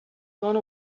gone